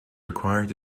required